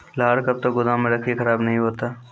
लहार कब तक गुदाम मे रखिए खराब नहीं होता?